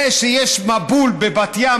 זה שיש מבול בבת ים,